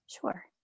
sure